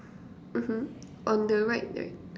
mmhmm on the right right